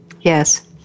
Yes